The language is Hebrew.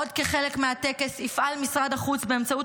עוד כחלק מהטקס יפעל משרד החוץ באמצעות